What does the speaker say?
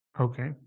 Okay